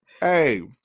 hey